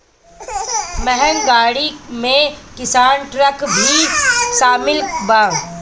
महँग गाड़ी में किसानी ट्रक भी शामिल बा